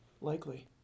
Likely